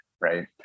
right